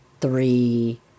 three